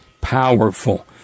powerful